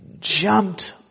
Jumped